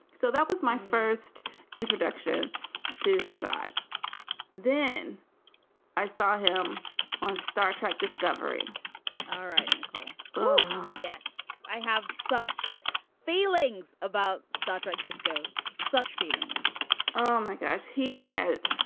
so that was my first introduction to shahrzad then i saw him on star trek discovery all right, nicole. oh, yes. i have such feelings about star trek, disko. such feelings oh, my gosh. he had